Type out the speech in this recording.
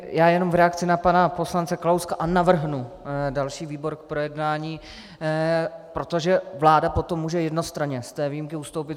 Já jenom v reakci na pana poslance Kalouska a navrhnu další výbor k projednání, protože vláda potom může jednostranně z té výjimky ustoupit.